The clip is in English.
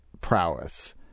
prowess